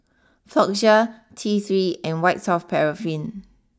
Floxia T three and White soft Paraffin